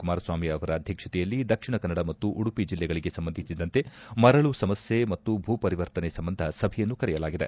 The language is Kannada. ಕುಮಾರಸ್ವಾಮಿ ಅವರ ಅಧ್ಯಕ್ಷತೆಯಲ್ಲಿ ದಕ್ಷಿಣ ಕನ್ನಡ ಮತ್ತು ಉಡುಪಿ ಜಿಲ್ಲೆಗಳಿಗೆ ಸಂಬಂಧಿಸಿದಂತೆ ಮರಳು ಸಮಸ್ತೆ ಮತ್ತು ಭೂಪರಿವರ್ತನೆ ಸಂಬಂಧ ಸಭೆಯನ್ನು ಕರೆಯಲಾಗಿದೆ